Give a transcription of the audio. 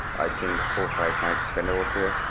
i think four, five nights spent um there.